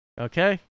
Okay